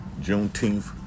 Juneteenth